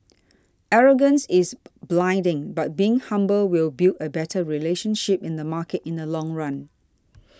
arrogance is blinding but being humble will build a better relationship in the market in the long run